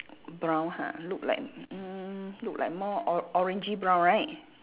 brown ha look like mm look like more or~ orangey brown right